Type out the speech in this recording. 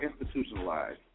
institutionalized